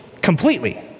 completely